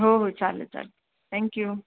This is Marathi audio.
हो हो चालेल चालेल थँक्यू